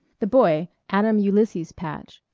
the boy, adam ulysses patch,